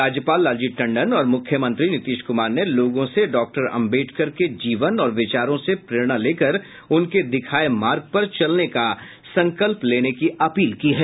राज्यपाल लालजी टंडन और मुख्यमंत्री नीतीश कुमार ने लोगों से डॉक्टर आम्बेडकर के जीवन और विचारों से प्रेरणा लेकर उनके दिखाए मार्ग पर चलने का संकल्प लेने की अपील की है